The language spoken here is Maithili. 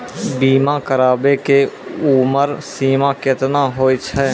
बीमा कराबै के उमर सीमा केतना होय छै?